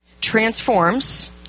transforms